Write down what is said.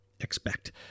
expect